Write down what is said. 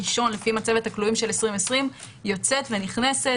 קישון לפי מצבת הכלואים של 2020 יוצאת ונכנסת.